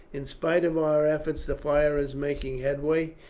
in spite of our efforts the fire is making headway,